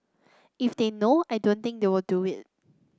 if they know I don't think they will do it